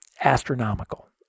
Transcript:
astronomical